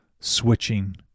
switching